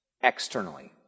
externally